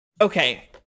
Okay